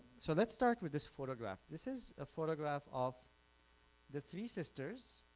so let's start with this photograph. this is a photograph of the three sisters,